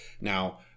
Now